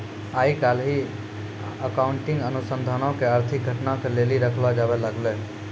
आइ काल्हि अकाउंटिंग अनुसन्धानो के आर्थिक घटना के लेली रखलो जाबै लागलै